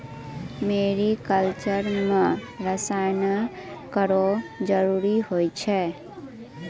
मेरी culture म रसायन केरो जरूरत होय छै